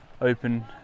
open